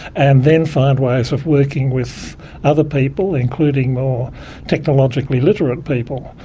and then find ways of working with other people, including more technologically literate people,